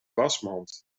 wasmand